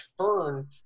turn